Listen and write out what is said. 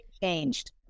changed